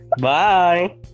Bye